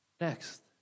next